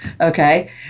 okay